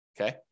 Okay